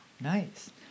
Nice